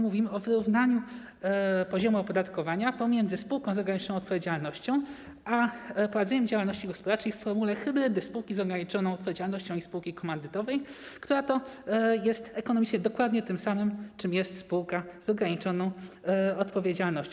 Mówimy o wyrównaniu poziomu opodatkowania pomiędzy spółką z ograniczoną odpowiedzialnością a prowadzeniem działalności gospodarczej w formule hybrydy spółki z ograniczoną odpowiedzialnością i spółki komandytowej, która jest ekonomicznie dokładnie tym samym, czym jest spółka z ograniczoną odpowiedzialnością.